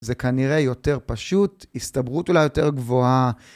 זה כנראה יותר פשוט, הסתברות אולי יותר גבוהה.